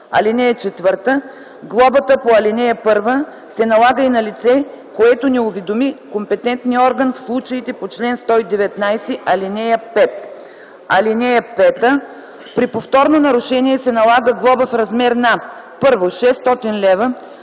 лв. (4) Глобата по ал. 1 се налага и на лице, което не уведоми компетентния орган в случаите по чл. 119, ал. 5. (5) При повторно нарушение се налага глоба в размер на: 1. 600 лв.